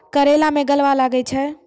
करेला मैं गलवा लागे छ?